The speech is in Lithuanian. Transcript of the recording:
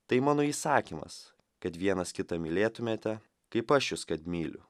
tai mano įsakymas kad vienas kitą mylėtumėte kaip aš jus kad myliu